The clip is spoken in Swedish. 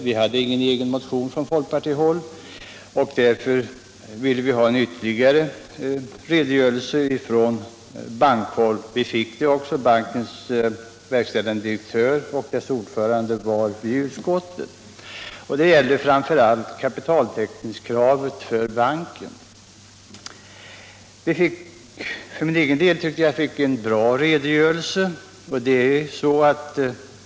Vi hade inte från folkpartihåll väckt någon egen motion, och därför ville vi ha en ytterligare redogörelse från bankhåll, och vi fick också en sådan. Bankens verkställande direktör och dess ordförande kallades till utskottet och lämnade en redogörelse, som framför allt gällde bankens kapitaltäckningskrav. För min egen del tyckte jag att jag fick en bra redogörelse.